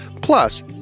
Plus